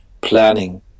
planning